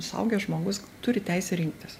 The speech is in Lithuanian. suaugęs žmogus turi teisę rinktis